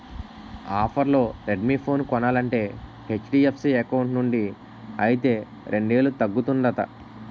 ఆఫర్లో Redmi phone కొనాలంటే HDFC account నుండి అయితే రెండేలు తగ్గుతుందట